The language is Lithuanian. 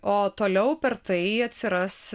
o toliau per tai atsiras